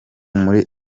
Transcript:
muri